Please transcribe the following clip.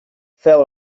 feu